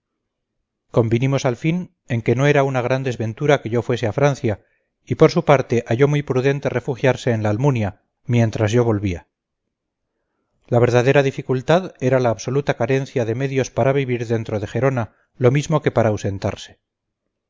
convinimos al fin en que no era una gran desventura que yo fuese a francia y por su parte halló muy prudente refugiarse en la almunia mientras yo volvía la verdadera dificultad era la absoluta carencia de medios para vivir dentro de gerona lo mismo que para ausentarse